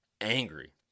angry